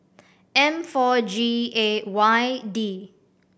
M four G A Y D